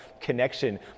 connection